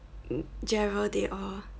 jerald they all